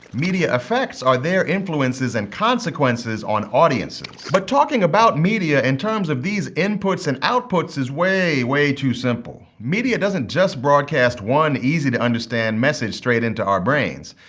media effects are their influences and consequences on audiences. but talking about media in terms of these inputs and outputs is way, way too simple. media doesn't just broadcast one easy to understand message straight into our brains.